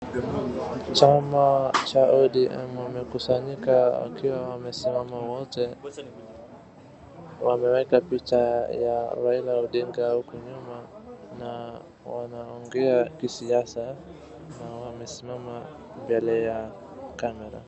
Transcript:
Chama cha ODM imekusanyika wakiwa wamesimama wote. Wameweka picha ya Raila Odinga huku nyuma na wanaongea kisiasa na wamesimama mbele ya kamera.